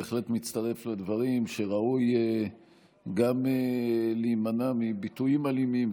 בהחלט מצטרף לדברים שראוי להימנע מביטויים אלימים,